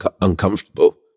uncomfortable